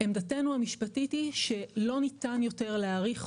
עמדתנו המשפטית היא שלא ניתן יותר להאריך